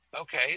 Okay